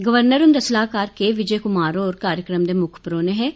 governor हुंदे सलाहकार के विजय कुमार होर कार्यक्रम दे मुक्ख परौहने हे